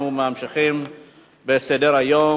אנחנו ממשיכים בסדר-היום.